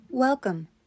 Welcome